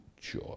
joy